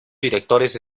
directores